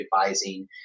advising